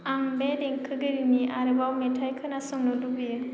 आं बे देंखोगिरिनि आरोबाव मेथाय खोनासंनो लुबैयो